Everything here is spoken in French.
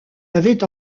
avait